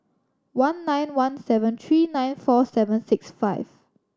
one nine one seven three nine four seven six five